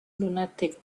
lunatic